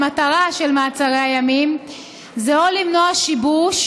המטרה של מעצרי הימים היא או למנוע שיבוש,